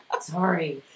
Sorry